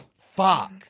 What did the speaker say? Fuck